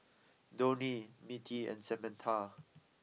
Donie Mittie and Samantha